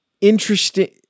interesting